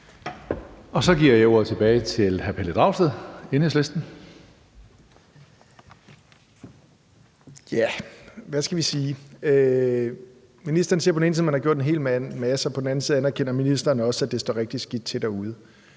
Så giver jeg ordet tilbage til hr. Pelle Dragsted, Enhedslisten. Kl. 16:23 Pelle Dragsted (EL): Ja, hvad skal vi sige? Ministeren siger på den ene side, at man har gjort en hel masse, og på den anden side anerkender ministeren også, at det står rigtig skidt til derude.